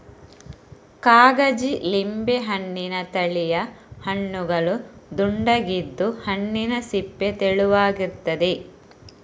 ಕಾಗಜಿ ಲಿಂಬೆ ಹಣ್ಣಿನ ತಳಿಯ ಹಣ್ಣುಗಳು ದುಂಡಗಿದ್ದು, ಹಣ್ಣಿನ ಸಿಪ್ಪೆ ತೆಳುವಾಗಿರ್ತದೆ